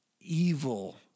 evil